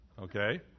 Okay